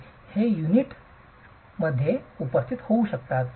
ते वीट युनिटमध्येच उपस्थित होऊ शकतात